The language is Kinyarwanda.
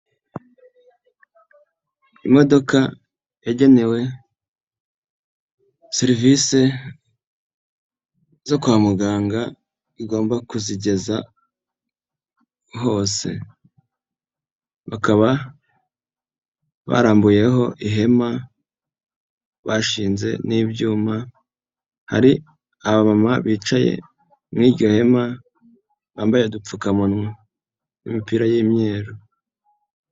Imodoka yagenewe serivisi zo kwa muganga igomba kuzigeza hose, bakaba barambuyeho ihema bashinze n'ibyuma ari ababamama bicaye muri iryo hema bambaye udupfukamunwa n'imipira y'imyeru.